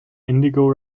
indigo